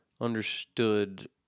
understood